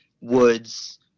Woods